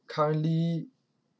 currently